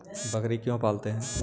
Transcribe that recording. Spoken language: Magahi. बकरी क्यों पालते है?